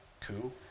Coup